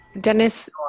Dennis